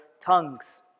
tongues